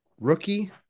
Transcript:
Rookie